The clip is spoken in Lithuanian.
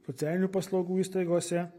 socialinių paslaugų įstaigose